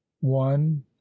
one